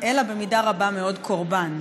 אלא במידה רבה מאוד קורבן,